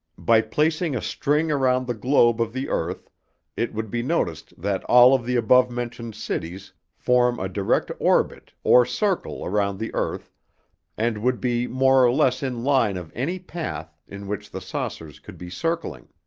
by placing a string around the globe of the earth it would be noticed that all of the above-mentioned cities form a direct orbit or circle around the earth and would be more or less in line of any path in which the saucers could be circling.